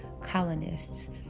colonists